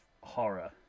horror